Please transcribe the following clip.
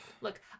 look